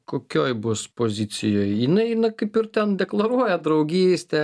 kokioj bus pozicijoj jinai na kaip ir ten deklaruoja draugystę